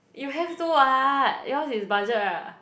you have to what yours is budget [right] [what]